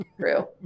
true